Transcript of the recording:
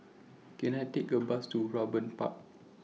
Can I Take A Bus to Raeburn Park